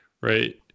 Right